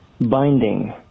binding